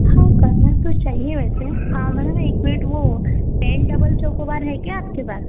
हाँ करना तो चाहिए वैसे मैडम एक मिनट वो टेन डबल चोकोबार है क्या आपके पास